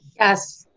yes.